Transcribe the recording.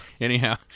Anyhow